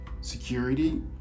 security